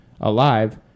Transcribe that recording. alive